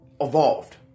evolved